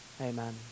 Amen